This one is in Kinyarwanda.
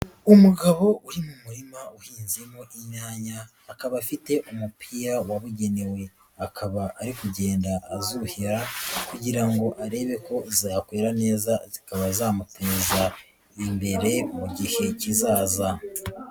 Umugabo uri mu murima uhinzemo imyanya, akaba afite umupira wabugenewe akaba ari kugenda azuhira kugira ngo arebe ko zakwera neza zikaba zamteza imbere mu gihe kizaza.